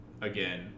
again